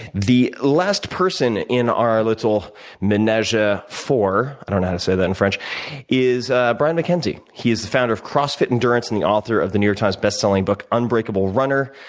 the last person in our little menage-a-four ah i don't know how to say that in french is brian mackenzie. he is the founder of crossfit endurance and the author of the new york times best selling book unbreakable runner.